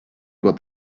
what